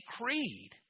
Creed